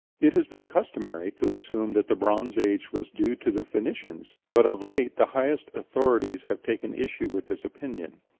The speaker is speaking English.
it has been customary to assume that the bronze age was due to the phoenicians, but of late the highest authorities have taken issue with this opinion.